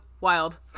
wild